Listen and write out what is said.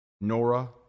Nora